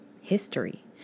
history